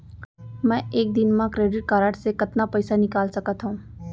मैं एक दिन म क्रेडिट कारड से कतना पइसा निकाल सकत हो?